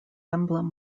emblem